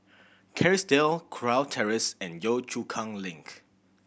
Kerrisdale Kurau Terrace and Yio Chu Kang Link